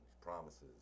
promises